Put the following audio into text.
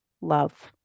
love